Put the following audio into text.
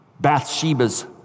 Bathsheba's